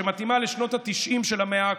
שמתאימה לשנות התשעים של המאה הקודמת,